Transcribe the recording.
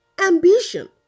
ambition